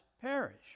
perish